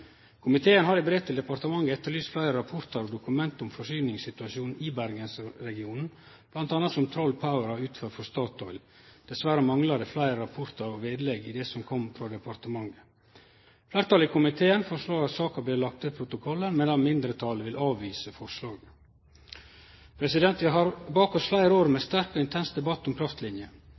Komiteen har i brev til departementet etterlyst fleire rapportar og dokument om forsyningssituasjonen i Bergensregionen, bl.a. arbeid som Troll Power har utført for Statoil. Dessverre manglar det fleire rapportar og vedlegg i det som kom frå departementet. Fleirtalet i komiteen føreslår at saka blir lagd ved protokollen, medan mindretalet vil avvise forslaget. Vi har bak oss fleire år med sterk og intens debatt om